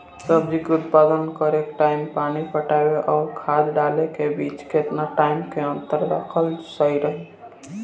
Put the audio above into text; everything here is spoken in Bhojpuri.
सब्जी के उत्पादन करे टाइम पानी पटावे आउर खाद डाले के बीच केतना टाइम के अंतर रखल सही रही?